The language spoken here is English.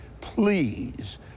please